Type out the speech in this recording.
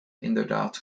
inderdaad